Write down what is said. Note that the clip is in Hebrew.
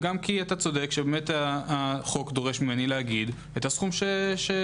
וגם כי אתה צודק שהחוק דורש ממני להגיד את הסכום שביקשת.